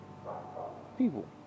people